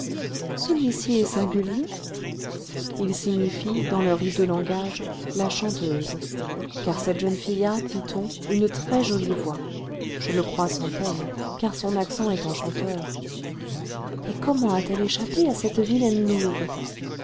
celui-ci est singulier il signifie dans leur hideux langage la chanteuse car cette jeune fille a dit-on une très-jolie voix je le crois sans peine car son accent est enchanteur et comment a-t-elle échappé à cette vilaine louve